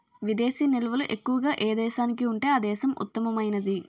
విదేశీ నిల్వలు ఎక్కువగా ఏ దేశానికి ఉంటే ఆ దేశం ఉత్తమమైనది